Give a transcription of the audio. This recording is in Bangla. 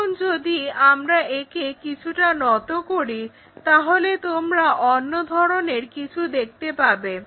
এখন যদি আমরা একে কিছুটা নত করি তাহলে তোমরা অন্য ধরনের কিছু দেখতে পাবে